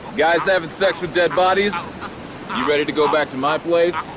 guys having sex with dead bodies, you ready to go back to my place?